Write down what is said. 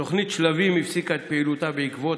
תוכנית שלבים הפסיקה את פעילותה בעקבות